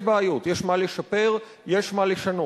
יש בעיות, יש מה לשפר, יש מה לשנות.